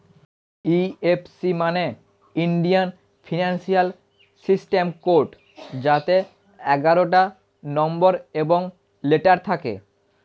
এই F C মানে Indian financial system code যাতে এগারোটা নম্বর এবং লেটার থাকে